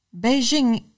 Beijing